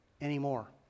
anymore